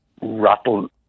rattle